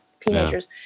teenagers